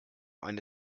eine